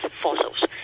fossils